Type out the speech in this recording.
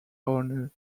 owner